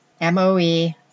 M-O-E